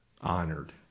honored